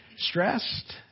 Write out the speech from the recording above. stressed